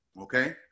okay